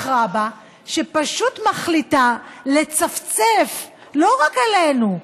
בחרה בה, שפשוט מחליטה לצפצף לא רק עלינו,